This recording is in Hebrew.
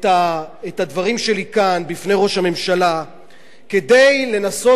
אני אנצל את הדברים שלי כאן בפני ראש הממשלה כדי לנסות